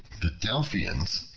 the delphians,